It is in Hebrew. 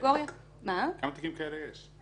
כמה תיקים כאלה יש?